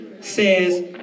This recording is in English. says